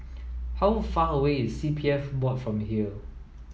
how far away is C P F Board from here